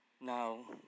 Now